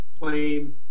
claim